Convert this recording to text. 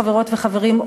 חברות וחברים,